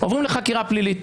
עוברים לחקירה פלילית.